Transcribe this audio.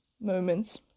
moments